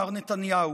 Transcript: מר נתניהו,